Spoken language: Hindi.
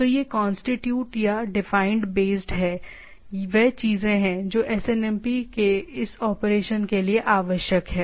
तो ये कांस्टीट्यूट या डिफाइंड बेस्ड ये वे चीजें हैं जो एसएनएमपी के इस ऑपरेशन के लिए आवश्यक हैं